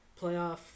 playoff